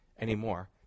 anymore